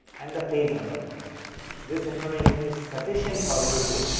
and the page number. this information is sufficient for you to